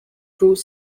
through